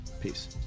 Peace